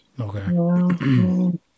Okay